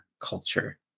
culture